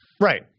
Right